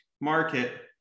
Market